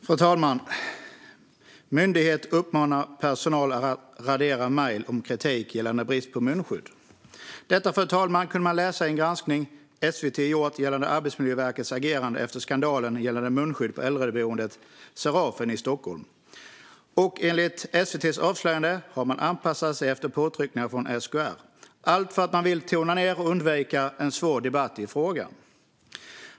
Fru talman! Myndighet uppmanar personalen att radera mejl om kritik gällande brist på munskydd. Detta, fru talman, kunde man läsa i en granskning som SVT har gjort gällande Arbetsmiljöverkets agerande efter skandalen gällande munskydd på äldreboendet Serafen i Stockholm. Enligt SVT:s avslöjande har man anpassat sig efter påtryckningar från SKR - allt för att man vill tona ned och undvika en svår debatt i frågan.